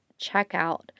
checkout